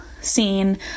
scene